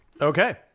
Okay